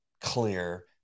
clear